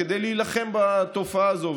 כדי להילחם בתופעה הזאת,